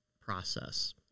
process